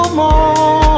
more